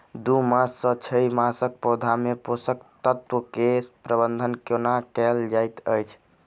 दू मास सँ छै मासक पौधा मे पोसक तत्त्व केँ प्रबंधन कोना कएल जाइत अछि?